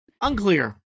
Unclear